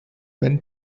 when